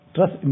Trust